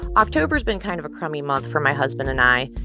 october has been kind of a crummy month for my husband and i,